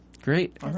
Great